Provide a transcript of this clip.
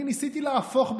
אני ניסיתי להפוך בחוק,